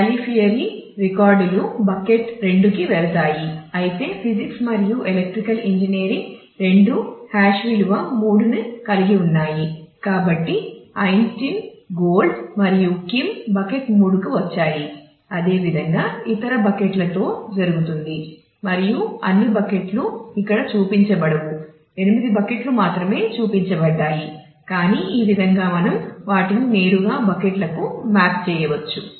ఆ రికార్డులు ఎల్ సెడ్ చేయవచ్చు